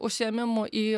užsiėmimų į